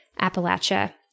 Appalachia